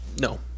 No